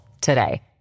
today